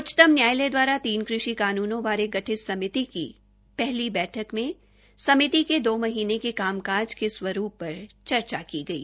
उच्चतम न्यायालय दवारा तीन कृषि कानूनों बारे गठित समिति की पहली बैठक ने समिति के दो महीने के कामकाज़ के स्वरूप पर चर्चा की गई